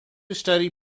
study